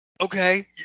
Okay